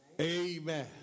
Amen